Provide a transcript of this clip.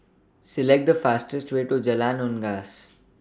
Select The fastest Way to Jalan Unggas